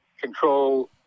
control